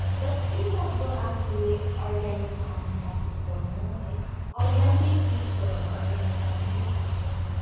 जत्तिसक्दो आफूले organic farming practice गर्नु है अरूलाई पनि त्यही प्रिच गर्नु अर्गेनिक फार्मिङै प्रिच गर्नु